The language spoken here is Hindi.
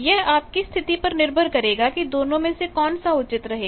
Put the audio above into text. यह आप की स्थिति पर निर्भर करेगा कि दोनों में से कौन सा उचित रहेगा